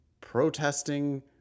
protesting